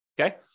Okay